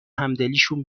همدلیشون